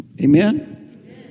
Amen